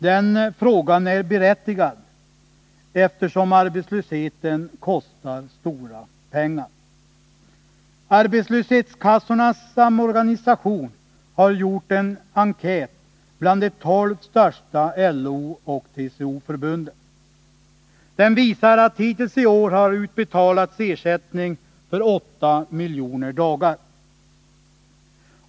Den frågan är berättigad, eftersom arbetslösheten kostar stora pengar. Arbetslöshetskassornas samorganisation har gjort en enkät bland de tolv största LO och TCO-förbunden. Den visar att det hittills i år har utbetalats ersättning för 8 miljoner dagar.